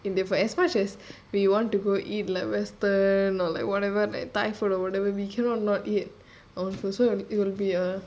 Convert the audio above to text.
indian food as much as we want to go eat like western or like whatever like thai food or whatever we cannot not eat our food so it'll be uh